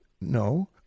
No